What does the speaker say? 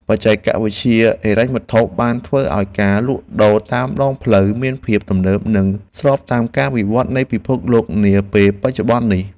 បច្ចេកវិទ្យាហិរញ្ញវត្ថុបានធ្វើឱ្យការលក់ដូរតាមដងផ្លូវមានភាពទំនើប និងស្របតាមការវិវត្តនៃពិភពលោកនាពេលបច្ចុប្បន្ននេះ។